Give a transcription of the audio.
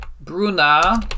bruna